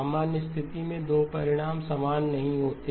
सामान्य स्थिति में 2 परिणाम समान नहीं होते हैं